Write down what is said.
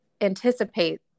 anticipate